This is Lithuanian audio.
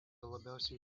labiausiai